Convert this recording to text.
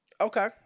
Okay